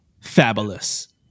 fabulous